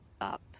up